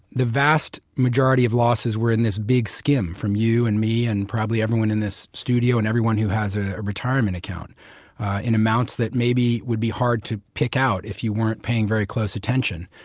the vast majority of losses were in this big skim from you and me and everyone in this studio and everyone who has a retirement account in amounts that maybe would be hard to pick out if you weren't paying very close attention.